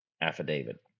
affidavit